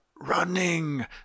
running